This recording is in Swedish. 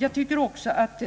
Jag tycker att